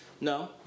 No